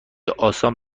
آسان